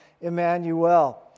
Emmanuel